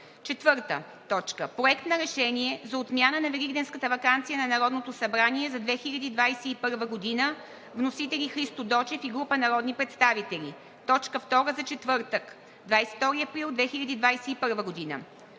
2021 г. 4. Проект на решение за отмяна на Великденската ваканция на Народното събрание за 2021 г. Вносители – Христо Дочев и група народни представители – точка втора за четвъртък, 22 април 2021 г.